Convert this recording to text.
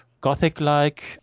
gothic-like